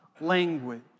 language